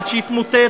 עד שהתמוטט.